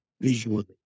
visually